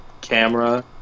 camera